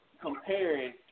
comparing